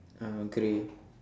uh grey